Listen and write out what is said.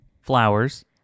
flowers